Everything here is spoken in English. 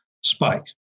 spike